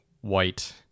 white